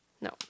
no